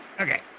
okay